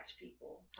people